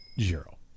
zero